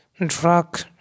drug